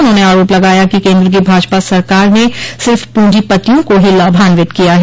उन्होंने आरोप लगाया कि केन्द्र की भाजपा सरकार ने सिर्फ पूंजीपतियों को ही लाभान्वित किया है